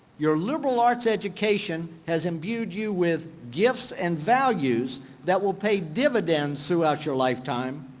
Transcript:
your liberal arts education has imbued you with gifts and values that will pay dividends throughout your lifetime.